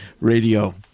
radio